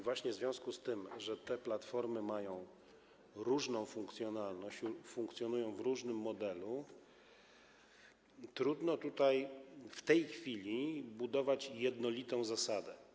Właśnie w związku z tym, że te platformy mają różną funkcjonalność, funkcjonują w różnych modelach, trudno w tej chwili budować jednolitą zasadę.